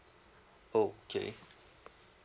okay